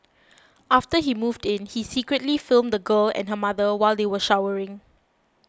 after he moved in he secretly filmed the girl and her mother while they were showering